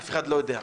אף אחד לא יודע.